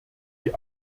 die